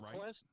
right